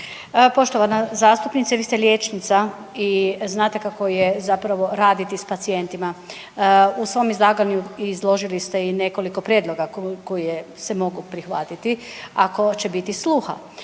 Poštovana zastupnice, vi ste liječnica i znate kako je zapravo raditi s pacijentima. U svom izlaganju izložili ste i nekoliko prijedlog koje se mogu prihvatiti ako će biti sluha.